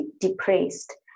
depressed